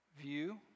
view